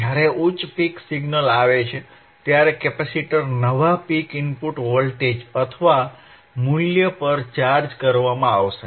જ્યારે ઉચ્ચ peak signal આવે છે ત્યારે કેપેસિટર નવા પિક ઇનપુટ વોલ્ટેજ અથવા મૂલ્ય પર ચાર્જ કરવામાં આવશે